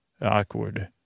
Awkward